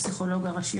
הפסיכולוג הראשי,